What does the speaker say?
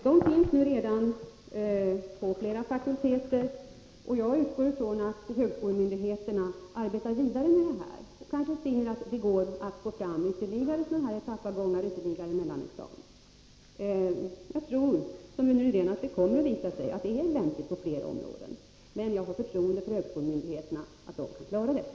Mellanexamina finns redan på flera fakulteter, och jag utgår från att högskolemyndigheterna arbetar vidare med detta och kanske finner att det går att få fram ytterligare etappavgångar och mellanexamina. Jag tror som Rune Rydén att det kommer att visa sig att det är lämpligt på flera områden, men jag har förtroende för att högskolemyndigheterna kan klara detta.